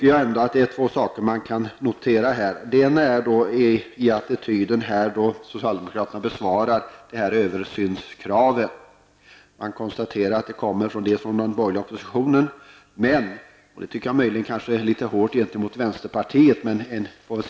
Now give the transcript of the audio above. Jag noterar den attityd med vilken socialdemokraterna besvarar frågan om översynskravet. Man konstaterar att socialdemokraterna hyser stor sympati för de motioner som folkpartiet och övriga borgerliga opponenter har väckt.